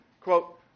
quote